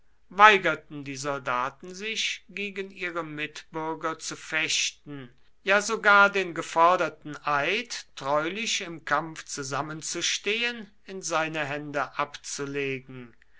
weigerten die soldaten sich gegen ihre mitbürger zu fechten ja sogar den geforderten eid treulich im kampf zusammenzustehen in seine hände abzulegen